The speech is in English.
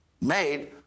made